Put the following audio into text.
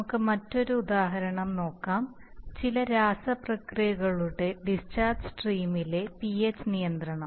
നമുക്ക് മറ്റൊരു ഉദാഹരണം നോക്കാം ചില രാസപ്രക്രിയകളുടെ ഡിസ്ചാർജ് സ്ട്രീമിലെ പിഎച്ച് നിയന്ത്രണം